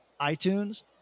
iTunes